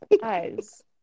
Guys